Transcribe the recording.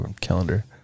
calendar